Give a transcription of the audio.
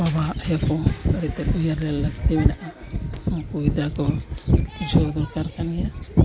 ᱵᱟᱵᱟ ᱟᱭᱳ ᱠᱚ ᱟᱹᱰᱤ ᱛᱮᱫ ᱜᱮ ᱩᱭᱦᱟᱹᱨᱮ ᱞᱟᱹᱠᱛᱤ ᱢᱮᱱᱟᱜᱼᱟ ᱩᱱᱠᱩ ᱜᱤᱫᱽᱨᱟᱹ ᱠᱚ ᱵᱩᱡᱷᱟᱹᱣ ᱫᱚᱨᱠᱟᱨ ᱠᱟᱱ ᱜᱮᱭᱟ